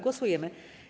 Głosujemy.